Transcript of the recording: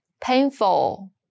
Painful